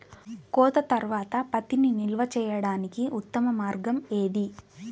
కోత తర్వాత పత్తిని నిల్వ చేయడానికి ఉత్తమ మార్గం ఏది?